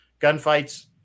gunfights